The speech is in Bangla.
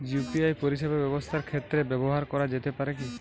ইউ.পি.আই পরিষেবা ব্যবসার ক্ষেত্রে ব্যবহার করা যেতে পারে কি?